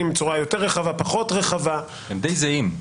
בצורה יותר או פחות רחבה --- הם די זהים.